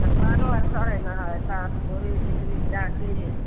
पकवानो आर चढ़ैत ने हए साथ कोबी खिचड़ी पूरा अथी